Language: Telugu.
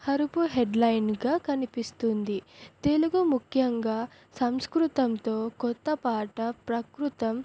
హరుపు హెడ్లైన్గా కనిపిస్తుంది తెలుగు ముఖ్యంగా సంస్కృతంతో కొత్త పాట ప్రకృతం